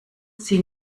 sie